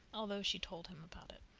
although she told him about it.